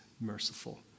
merciful